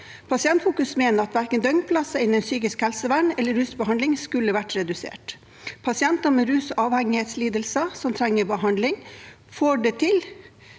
Pasientfokus mener at verken døgnplasser innen psykisk helsevern eller rusbehandling skulle vært redusert. Pasienter med rus- og avhengighetslidelser som trenger behandling, må få det til